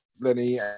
Lenny